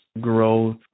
growth